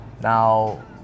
Now